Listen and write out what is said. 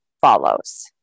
follows